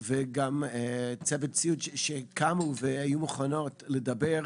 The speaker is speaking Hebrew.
וגם צוות סיעוד שקמו והיו מוכנות לדבר,